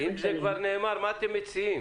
אם זה כבר נאמר, מה אתם מציעים?